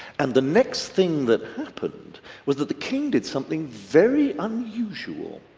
and the next thing that happened was that the king did something very unusual.